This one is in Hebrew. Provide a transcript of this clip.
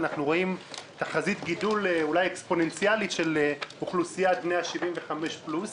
אנחנו רואים תחזית גידול של אוכלוסיית בני ה-75 פלוס.